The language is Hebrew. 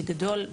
בגדול,